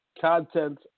content